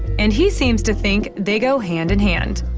and he seems to think they go hand-in-hand